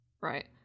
Right